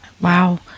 wow